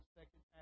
second